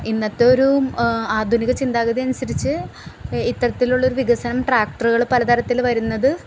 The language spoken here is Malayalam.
ഇന്നത്തെയൊരു ആധുനിക ചിന്താഗതി അനുസരിച്ച് ഇത്തരത്തിലുള്ളൊരു വികസനം ട്രാക്ടറുകള് പല തരത്തില് വരുന്നത്